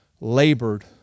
labored